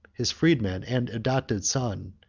his freedman and adopted son,